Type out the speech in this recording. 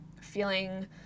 Feeling